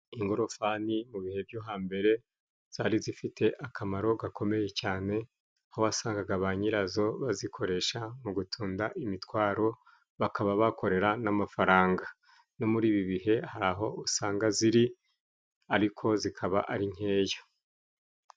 Ingorofani mu bihe byo hambere, zari zifite akamaro gakomeye cyane aho wasangaga ba nyirazo bazikoresha mu gutunda imitwaro, bakaba bakorera n'amafaranga. No muri ibi bihe hari aho usanga ziri, ariko zikaba ari nkeya.